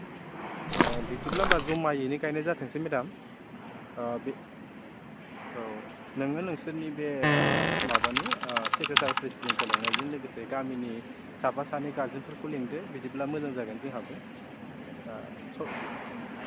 बिदिब्ला होनबा जमायैनो गायनाय जाथोंसै मेदाम अ बे औ नोङो नोंसोरनि बे माबानि सेक्रेटारि प्रेसिदेन्टखौ लिंनायजों लोगोसे गामिनि साफा सानै गारजेनफोरखौ लिंदो बिदिब्ला मोजां जागोन जोंहाबो ओ